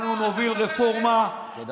אנחנו נוביל רפורמה, תודה.